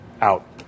out